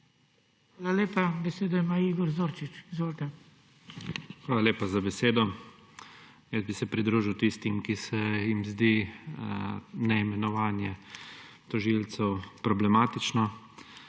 Hvala lepa za besedo. Pridružil bi se tistim, ki se jim zdi neimenovanje tožilcev problematično.